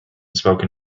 spoken